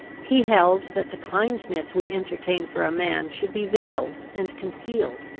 he held that the kindness we entertain for a man should be veiled and concealed,